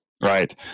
Right